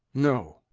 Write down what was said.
no.